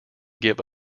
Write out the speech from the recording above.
give